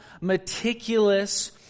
meticulous